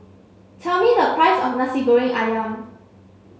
tell me the price of Nasi Goreng Ayam